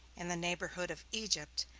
in the neighborhood of egypt,